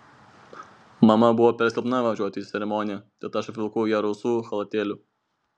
mama buvo per silpna važiuoti į ceremoniją tad aš apvilkau ją rausvu chalatėliu